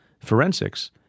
forensics